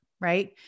right